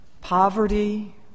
poverty